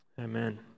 Amen